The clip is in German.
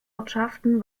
ortschaften